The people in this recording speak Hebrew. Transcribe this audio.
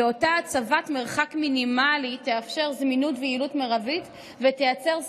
ואותה הצבת מרחק מינימלי תאפשר זמינות ויעילות מרביות ותייצר סטנדרט,